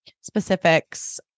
Specifics